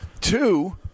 Two